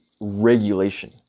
regulation